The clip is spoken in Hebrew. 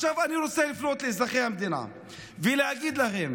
עכשיו אני רוצה לפנות לאזרחי המדינה ולהגיד להם